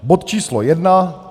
Bod číslo jedna.